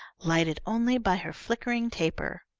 lighted only by her flickering taper.